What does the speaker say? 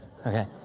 Okay